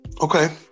okay